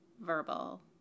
verbal